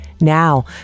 now